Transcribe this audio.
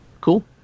Cool